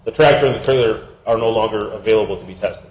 the tractor trailer are no longer available to be tested